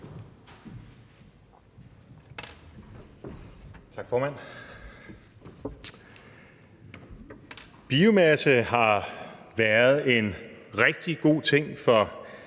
Tak, formand. Biomasse har været en rigtig god ting for